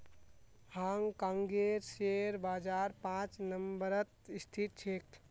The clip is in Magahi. हांग कांगेर शेयर बाजार पांच नम्बरत स्थित छेक